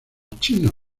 chinos